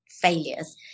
failures